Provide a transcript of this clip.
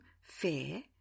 fair